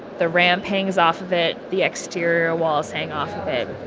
the ramp hangs off of it. the exterior walls hang off of it